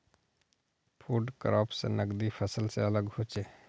food crops नगदी फसल से अलग होचे